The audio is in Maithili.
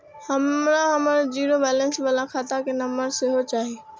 हमरा हमर जीरो बैलेंस बाला खाता के नम्बर सेहो चाही